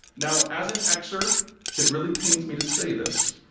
now, as an x-er it really pains me to say this,